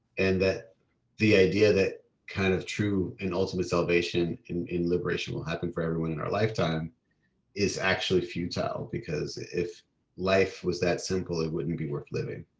and that the idea that kind of true and ultimate salvation in in liberation will happen for everyone in our lifetime is actually futile, because if life was that simple, it wouldn't be worth living.